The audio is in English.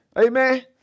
amen